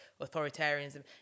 authoritarianism